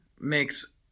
makes